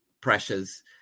pressures